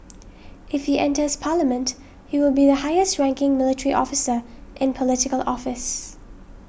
if he enters parliament he will be the highest ranking military officer in Political Office